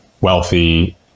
wealthy